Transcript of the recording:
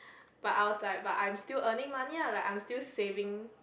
but I was like but I'm still earning money lah like I'm still saving